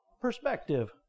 Perspective